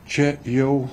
čia jau